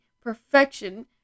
perfection